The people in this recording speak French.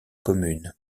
commune